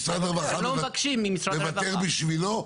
משרד הרווחה מוותר בשבילו?